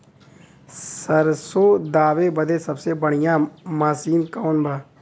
सरसों दावे बदे सबसे बढ़ियां मसिन कवन बा?